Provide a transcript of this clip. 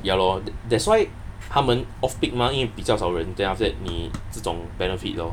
ya lor that's why 他们 off peak mah 因为比较少人 then after that 你这种 benefit lor